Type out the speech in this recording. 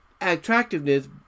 attractiveness